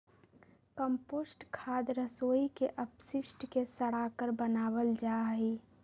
compost खाद रसोई के अपशिष्ट के सड़ाकर बनावल जा हई